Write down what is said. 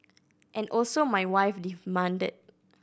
and also my wife demanded